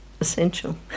essential